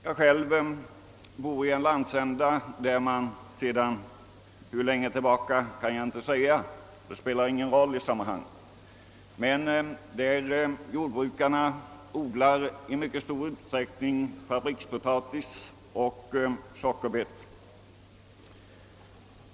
Jag själv bor i en landsända där jordbrukarna — sedan hur länge kan jag inte säga, och det spelar ingen roll i sammanhanget — i mycket stor utsträckning odlar fabrikspotatis och sockerbetor.